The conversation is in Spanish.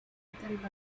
equivalente